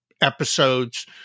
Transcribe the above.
episodes